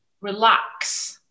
relax